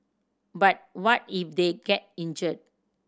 but what if they get injured